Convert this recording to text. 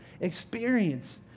experience